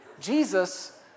Jesus